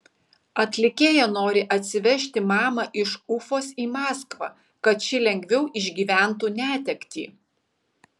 atlikėja nori atsivežti mamą iš ufos į maskvą kad ši lengviau išgyventų netektį